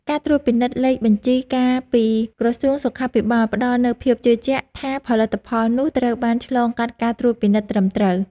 ការត្រួតពិនិត្យលេខបញ្ជីកាពីក្រសួងសុខាភិបាលផ្តល់នូវភាពជឿជាក់ថាផលិតផលនោះត្រូវបានឆ្លងកាត់ការត្រួតពិនិត្យត្រឹមត្រូវ។